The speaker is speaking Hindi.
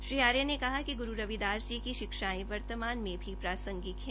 श्री आर्य ने कहा कि गुरू रविदास जी की शिक्षाएं वर्तमान में भी प्रासंगिक हैं